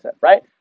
right